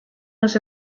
was